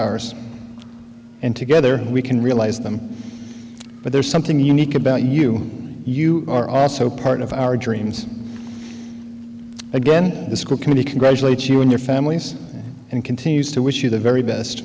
ours and together we can realize them but there's something unique about you you are also part of our dreams again the school committee congratulate you and your families and continues to wish you the very best